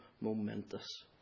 momentous